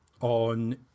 on